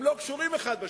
הם לא קשורים אחד לשני.